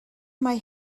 mai